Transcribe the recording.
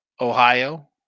Ohio